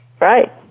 Right